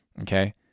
Okay